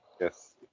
Yes